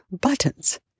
buttons